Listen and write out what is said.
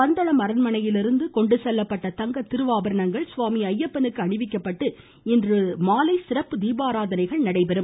பந்தளம் அரண்மனையிலிருந்து கொண்டுவரப்பட்ட தங்க திருவாபரணங்கள் சுவாமி அய்யப்பனுக்கு அணிவிக்கப்பட்டு இன்றுமாலை சிறப்பு தீபாரதணைகள் நடைபெறும்